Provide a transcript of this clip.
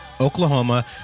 Oklahoma